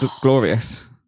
glorious